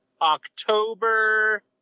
October